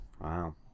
Wow